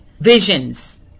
visions